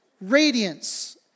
radiance